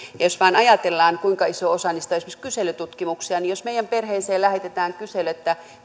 jos vain ajatellaan kuinka iso osa niistä on esimerkiksi kyselytutkimuksia niin jos meidän perheeseen lähetetään kysely